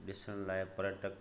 ॾिसण लाइ पर्यटक